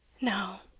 now,